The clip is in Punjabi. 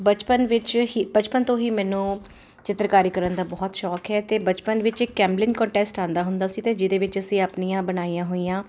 ਬਚਪਨ ਵਿੱਚ ਬਚਪਨ ਤੋਂ ਹੀ ਮੈਨੂੰ ਚਿੱਤਰਕਾਰੀ ਕਰਨ ਦਾ ਬਹੁਤ ਸ਼ੌਕ ਹੈ ਅਤੇ ਬਚਪਨ ਵਿੱਚ ਇੱਕ ਕੈਮਬਲੀਨ ਕੰਟੈਸਟ ਆਉਂਦਾ ਹੁੰਦਾ ਸੀ ਅਤੇ ਜਿਹਦੇ ਵਿੱਚ ਅਸੀਂ ਆਪਣੀਆਂ ਬਣਾਈਆਂ ਹੋਈਆਂ